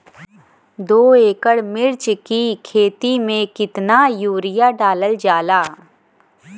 दो एकड़ मिर्च की खेती में कितना यूरिया डालल जाला?